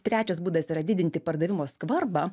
trečias būdas yra didinti pardavimo skvarbą